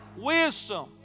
wisdom